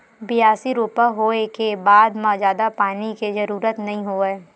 बियासी, रोपा होए के बाद म जादा पानी के जरूरत नइ होवय